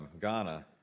Ghana